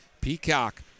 Peacock